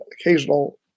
occasional